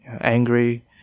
angry